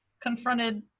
confronted